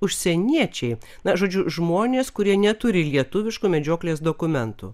užsieniečiai na žodžiu žmonės kurie neturi lietuviškų medžioklės dokumentų